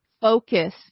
focus